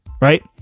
right